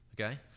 Okay